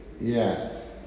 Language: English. Yes